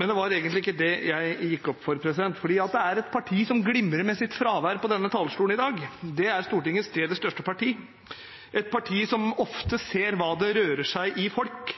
Men det var egentlig ikke det jeg gikk opp for. Det er et parti som glimrer med sitt fravær på denne talerstolen i dag. Det er Stortingets tredje største parti, et parti som ofte ser hva som rører seg i folk,